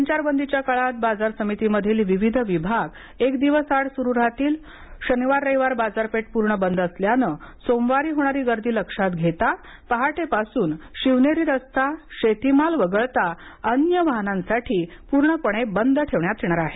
संचारबंदीच्या काळात बाजार समितीमधील विविध विभाग एक दिवस आड सुरू राहतील शनिवार रविवार बाजारपेठ पूर्ण बंद असल्याने सोमवारी होणारी गर्दी लक्षात घेता पहाटेपासून शिवनेरी रस्ता शेतीमाल वगळता अन्य वाहनांसाठी पूर्णपणे बंद ठेवण्यात येणार आहे